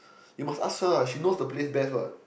you must ask her she knows the place best what